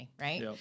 Right